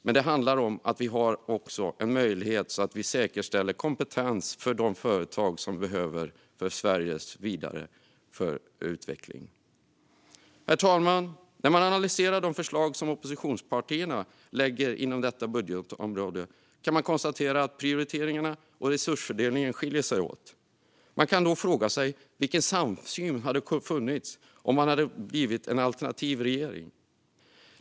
Men det handlar om att även ha möjlighet att säkerställa kompetens för de företag som behövs för Sveriges vidare utveckling. Herr talman! När man analyserar de förslag som oppositionspartierna lägger inom detta budgetområde kan man konstatera att prioriteringarna och resursfördelningen skiljer sig åt. Man kan fråga sig vilken samsyn som hade funnits i en alternativ regering.